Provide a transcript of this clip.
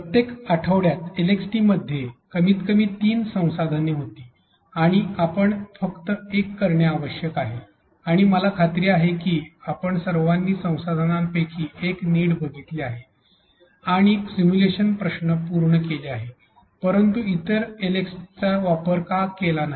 प्रत्येक आठवड्यात एलएक्सट्स मध्ये कमीत कमी 3 संसाधने होती आणि आपण फक्त एक करणे आवश्यक आहे आणि मला खात्री आहे की आपण सर्वांनी संसाधनां पैकी एक नीट बघितले आहे आणि सिम्युलेशन प्रश्न पूर्ण केले आहे परंतु इतर एलएक्सट्सचा वापर का केला नाही